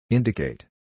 Indicate